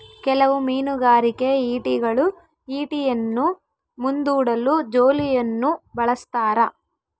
ಕೆಲವು ಮೀನುಗಾರಿಕೆ ಈಟಿಗಳು ಈಟಿಯನ್ನು ಮುಂದೂಡಲು ಜೋಲಿಯನ್ನು ಬಳಸ್ತಾರ